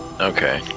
Okay